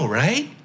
right